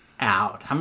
out